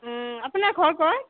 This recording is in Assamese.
আপোনাৰ ঘৰ ক'ত